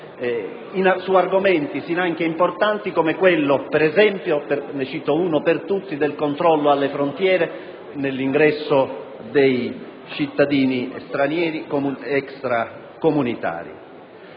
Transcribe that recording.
su argomenti importanti come, ad esempio - ne cito uno per tutti - quello del controllo alle frontiere nell'ingresso dei cittadini stranieri extracomunitari.